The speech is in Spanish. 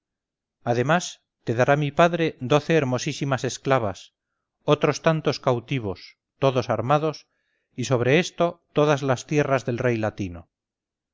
además te dará mi padre doce hermosísimas esclavas otros tantos cautivos todos armados y sobre esto todas las tierras del rey latino